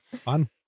fun